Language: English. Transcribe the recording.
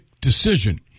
decision